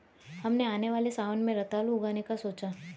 हमने आने वाले सावन में रतालू उगाने का सोचा है